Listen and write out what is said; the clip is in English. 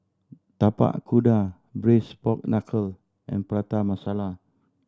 Tapak Kuda Braised Pork Knuckle and Prata Masala